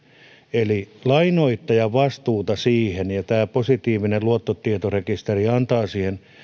eli lainoittajan vastuuta siihen tämä positiivinen luottotietorekisteri antaa siihen